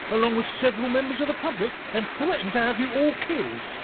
along with several members of the public, and threatened to have you all killed.